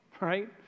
right